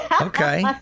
Okay